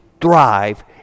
thrive